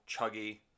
chuggy